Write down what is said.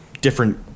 different